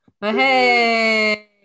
hey